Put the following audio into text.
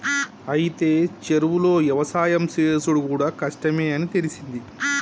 అయితే చెరువులో యవసాయం సేసుడు కూడా కష్టమే అని తెలిసింది